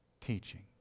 teaching